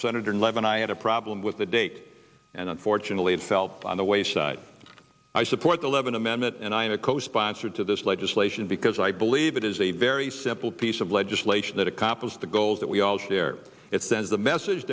senator levin i had a problem with the date and unfortunately it fell on the wayside i support the levin amendment and i am a co sponsor to this legislation because i believe it is a very simple piece of legislation that accomplish the goals that we all share it sends a message